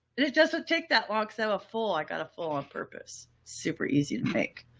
it it doesn't take that long. so a full, i got a floor on purpose. super easy to make.